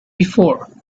before